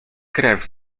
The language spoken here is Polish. krew